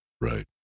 Right